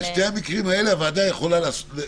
בשני המקרים האלה הוועדה יכולה להוסיף.